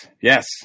yes